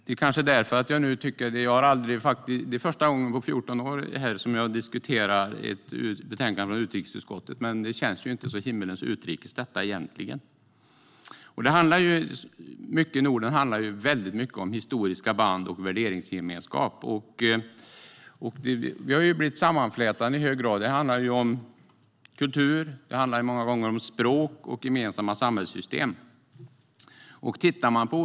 Det kanske är därför som det här inte känns så himmelens utrikes egentligen, även om det är första gången på 14 år här som jag diskuterar ett betänkande från utrikesutskottet. Mycket i Norden handlar om historiska band och värdegemenskap. Vi har i hög grad blivit sammanflätade. Det handlar om kultur; det handlar många gånger om språk och gemensamma samhällssystem.